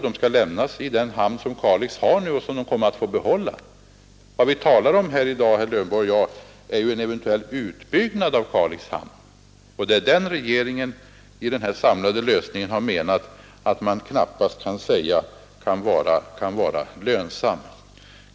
Jo, i den hamn som Kalix nu har och som Kalix kommer att få behålla. Vad herr Lövenborg och jag här talar om i dag är ju en eventuell utbyggnad av Kalix hamn, och det är den som regeringen i denna samlade lösning funnit knappast kan vara lönsam.